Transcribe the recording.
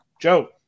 Joe